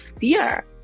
fear